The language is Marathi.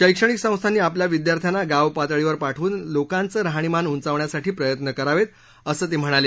शैक्षणिक संस्थानी आपल्या विद्यार्थ्यांना गाव पातळीवर पाठवून लोकांचं राहणीमान उंचावण्यासाठी प्रयत्न करावेत असं ते म्हणाले